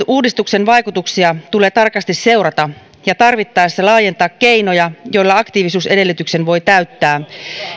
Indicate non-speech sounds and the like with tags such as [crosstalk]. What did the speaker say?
[unintelligible] uudistuksen vaikutuksia tulee tarkasti seurata ja tarvittaessa laajentaa keinoja joilla aktiivisuusedellytyksen voi täyttää